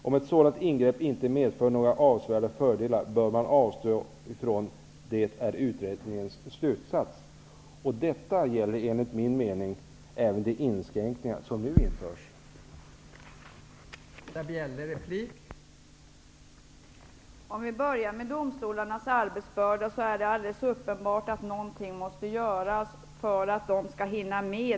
Om ett sådant ingrepp inte medför några avsevärda fördelar, bör man avstå från det, är utredningens slutsats. Detta gäller enligt min mening även de inskränkningar som nu föreslås.